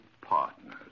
partners